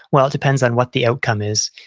well, it depends on what the outcome is.